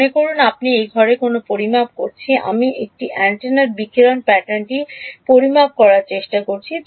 মনে করুন আমি এই ঘরে কোনও পরিমাপ করছি আমি একটি অ্যান্টেনার বিকিরণ প্যাটার্নটি পরিমাপ করার চেষ্টা করছি